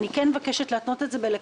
אבל אני כן מבקשת להתנות את זה בקבלת